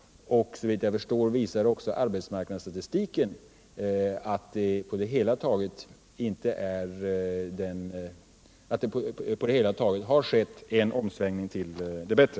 Såvitt jag kan förstå visar också arbetsmarknadsstatistiken att det på det hela taget har skett en omsvängning till det bättre.